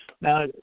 Now